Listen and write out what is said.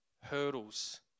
hurdles